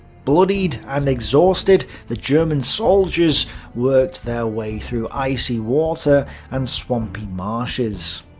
bloodied and exhausted, the german soldiers worked their way through icy water and swampy marshes.